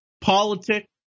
Politics